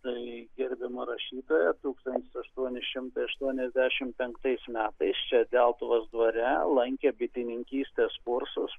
tai gerbiama rašytoja tūkstantis aštuoni šimtai penkiasdešimt penktais metais čia deltuvos dvare lankė bitininkystės kursus